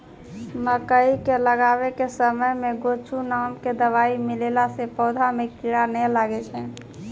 मकई के लगाबै के समय मे गोचु नाम के दवाई मिलैला से पौधा मे कीड़ा नैय लागै छै?